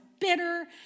bitter